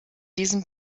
diesem